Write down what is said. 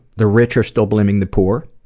the rich are still blaming the poor.